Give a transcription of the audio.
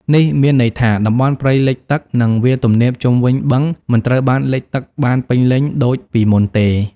នេះមានន័យថា តំបន់ព្រៃលិចទឹក និងវាលទំនាបជុំវិញបឹងមិនត្រូវបានលិចទឹកបានពេញលេញដូចពីមុនទេ។